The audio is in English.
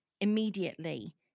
immediately